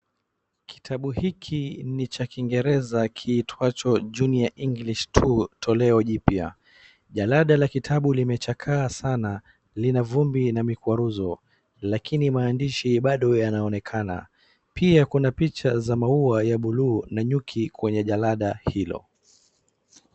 Kitabu hiki ni cha kingereza kiitwacho Junior English two toleo jipya. jalada la kitabu lime chakaa sana lina vumbi na mikwaruzo lakini maandishi bado yanaonekana. Pia kuna picha za maua ya bluu na nyuki kwenye jalada hilo.